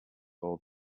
all